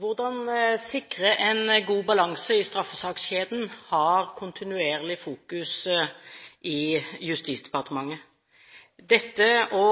Hvordan sikre en god balanse i straffesakskjeden har kontinuerlig fokus i Justisdepartementet – dette å